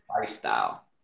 Lifestyle